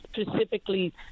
specifically